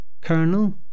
Colonel